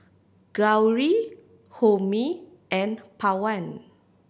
Gauri Homi and Pawan